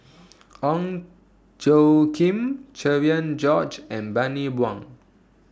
Ong Tjoe Kim Cherian George and Bani Buang